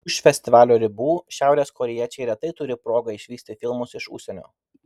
už festivalio ribų šiaurės korėjiečiai retai turi progą išvysti filmus iš užsienio